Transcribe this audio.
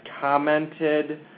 commented